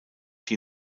die